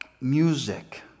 music